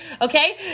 okay